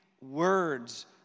words